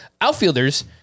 Outfielders